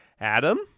Adam